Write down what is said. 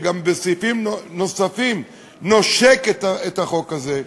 שגם בסעיפים נוספים נושק לחוק הזה,